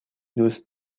دوست